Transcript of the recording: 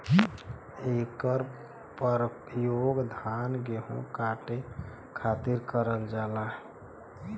इकर परयोग धान गेहू काटे खातिर करल जाला